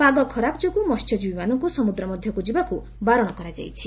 ପାଗ ଖରାପ ଯୋଗୁଁ ମହ୍ୟଜୀବୀମାନଙ୍କୁ ସମୁଦ୍ର ମଧ୍ଧକୁ ଯିବାକୁ ବାରଣ କରାଯାଇଛି